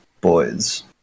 boys